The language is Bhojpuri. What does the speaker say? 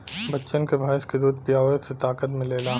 बच्चन के भैंस के दूध पीआवे से ताकत मिलेला